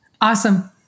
Awesome